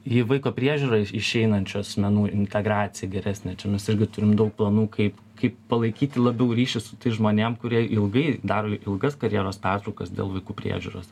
į vaiko priežiūrą išeinančių asmenų integracija geresnė čia mes irgi turim daug planų kaip kaip palaikyti labiau ryšį su tais žmonėm kurie ilgai daro ilgas karjeros pertraukas dėl vaikų priežiūros